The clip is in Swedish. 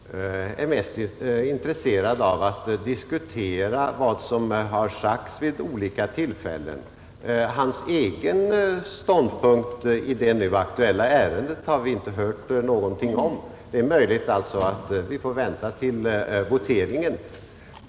Herr talman! Herr Björk i Göteborg är mest intresserad av att diskutera vad som har sagts vid olika tillfällen. Hans egen ståndpunkt i det nu aktuella ärendet har vi inte hört någonting om. Det är alltså möjligt att vi får vänta till voteringen.